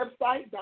website